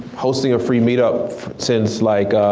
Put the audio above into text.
hosting a free meetup since, like